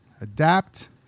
adapt